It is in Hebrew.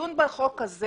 הדיון בחוק הזה